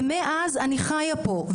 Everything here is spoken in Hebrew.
ומאז אני חייה פה.